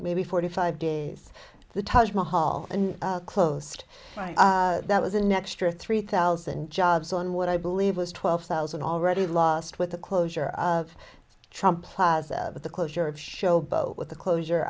maybe forty five days the taj mahal and closed that was an extra three thousand jobs on what i believe was twelve thousand already lost with the closure of trump plaza but the closure of showboat with the closure